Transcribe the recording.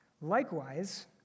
Likewise